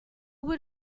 would